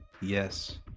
Yes